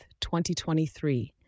2023